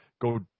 Go